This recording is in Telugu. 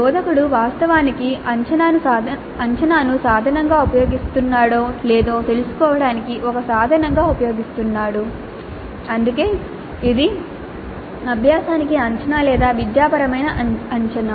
బోధకుడు వాస్తవానికి అంచనాను సాధనంగా ఉపయోగిస్తున్నాడో లేదో తెలుసుకోవడానికి ఒక సాధనంగా ఉపయోగిస్తున్నాడు అందుకే ఇది అభ్యాసానికి అంచనా లేదా విద్యాపరమైన అంచనా